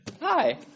Hi